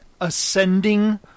Ascending